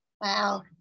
Wow